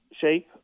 shape